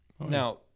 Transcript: Now